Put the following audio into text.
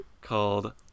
called